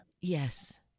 Yes